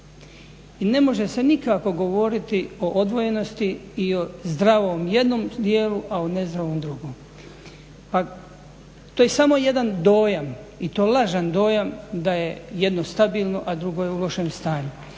I ne može se nikako govoriti o odvojenosti i o zdravom jednom dijelu, a o nezdravom drugom. Pa to je samo jedan dojam i to lažan dojam da je jedno stabilno a drugo je u lošem stanju.